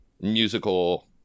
musical